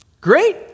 great